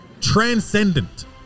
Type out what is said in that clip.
transcendent